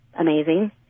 amazing